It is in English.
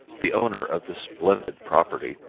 the owner of this splendid property,